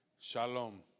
shalom